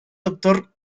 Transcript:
doctor